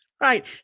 Right